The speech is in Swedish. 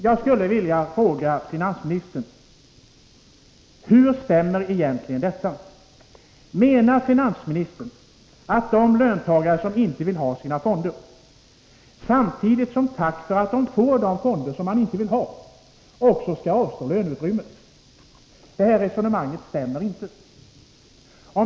Jag skulle vilja fråga finansministern: Hur stämmer egentligen detta? Menar finansministern att de löntagare som inte vill ha fonder samtidigt som tack för att de får de fonder som de inte vill ha också skall avstå löneutrymme? Det här resonemanget stämmer inte.